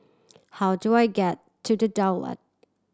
how do I get to The Daulat